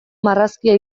marrazkia